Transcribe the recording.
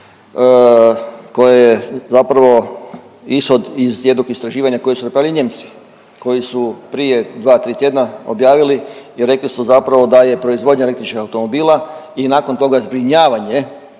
koje je zapravo ishod iz jednog istraživanja koje su napravili Nijemci koji su prije dva, tri tjedna objavili i rekli su zapravo da je proizvodnja električnih automobila i nakon toga zbrinjavanje